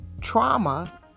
trauma